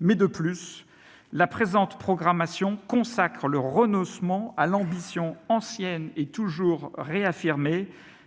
mais, de plus, la présente programmation consacre le renoncement à l'ambition ancienne et toujours réaffirmée